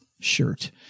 shirt